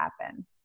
happen